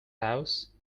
house